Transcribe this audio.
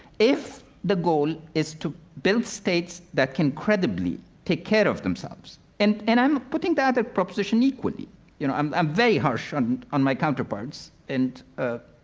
if the goal is to build states that can credibly take care of themselves and and i'm putting that that proposition equally you know i'm i'm very harsh on on my counterparts and ah